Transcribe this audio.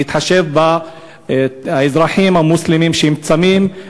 להתחשב באזרחים המוסלמים שצמים,